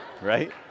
right